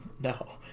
no